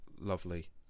lovely